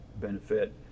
benefit